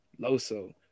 Loso